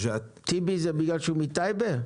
טיבי זה בגלל שהוא מטייבה?